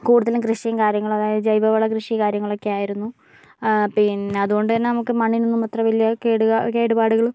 കൂടുതലും കൃഷിയും കാര്യങ്ങളും അതായത് ജൈവവള കൃഷി കാര്യങ്ങളൊക്കെയായിരുന്നു പിന്നെ അതുകൊണ്ട് തന്നെ നമുക്ക് മണ്ണിനൊന്നും അത്ര വലിയ കേടുകേടുപാടുകൾ